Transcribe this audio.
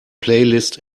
playlist